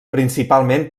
principalment